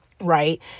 right